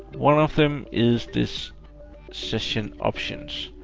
one of them is this session options.